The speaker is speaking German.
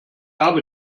habe